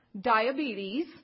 diabetes